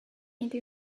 into